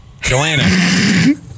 Joanna